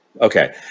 Okay